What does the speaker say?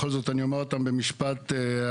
בכל זאת אני אומר אותם במשפט אחד.